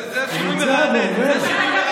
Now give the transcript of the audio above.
הוא נמצא ועובד.